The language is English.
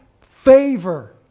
favor